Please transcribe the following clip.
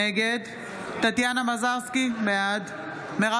נגד טטיאנה מזרסקי, בעד מרב